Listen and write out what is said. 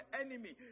enemy